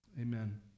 Amen